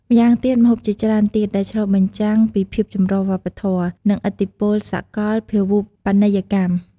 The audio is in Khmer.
ម្យ៉ាងទៀត ម្ហូបជាច្រើនទៀតដែលឆ្លុះបញ្ចាំងពីភាពចម្រុះវប្បធម៌ និងឥទ្ធិពលសកលភាវូបនីយកម្ម។